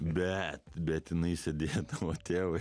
bet bet jinai sėdėdavo tėvai